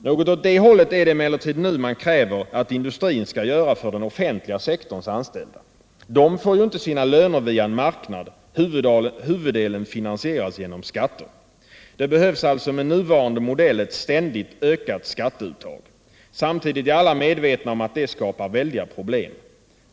Något åt det hållet är det emellertid man nu kräver att industrin skall göra för den offentliga sektorns anställda. De får ju inte sina löner via en marknad —- huvuddelen finansieras genom skatter. Det behövs alltså med nuvarande modell ett ständigt ökat skatteuttag. Samtidigt är alla medvetna om att det skapar väldiga problem.